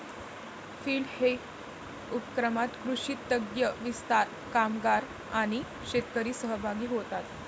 field day उपक्रमात कृषी तज्ञ, विस्तार कामगार आणि शेतकरी सहभागी होतात